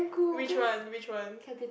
which one which one